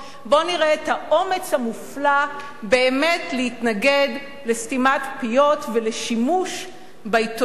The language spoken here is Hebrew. בואו נראה את האומץ המופלא באמת להתנגד לסתימת פיות ולשימוש בעיתונות